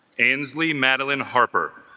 ansley madeline harper